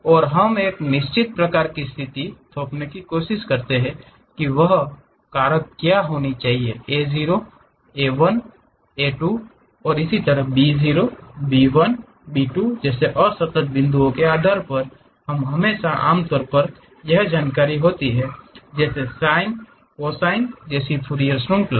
और हम एक निश्चित प्रकार की स्थिति थोपने की कोशिश करते हैं कि वह कारक क्या होना चाहिए a 0 a 1 a 2 और इसी तरह b 0 b 1 b 2 असतत बिंदुओं के आधार पर हमारे पास आमतौर पर यह जानकारी होती है जैसे साइन कोसाइन जैसी फूरियर श्रृंखला